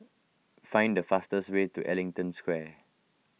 find the fastest way to Ellington Square